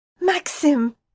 Maxim